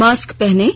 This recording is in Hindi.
मास्क पहनें